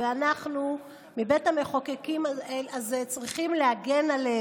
ואנחנו בבית המחוקקים הזה צריכים להגן עליהם,